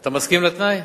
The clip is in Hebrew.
אתה מסכים לתנאי?